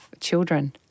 children